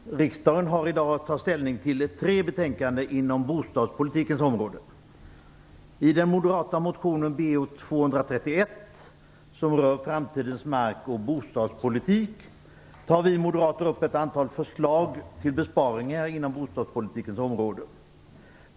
Herr talman! Riksdagen har i dag att ta ställning till tre betänkanden inom bostadspolitikens område. I den moderata motionen Bo231, som rör framtidens mark och bostadspolitik, tar vi moderater upp ett antal förslag till besparingar inom bostadspolitikens område.